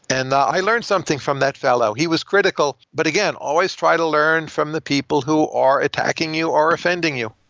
and i learned something from that fellow. he was critical. but again, always try to learn from the people who are attacking you are offending you.